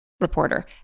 reporter